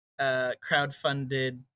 crowdfunded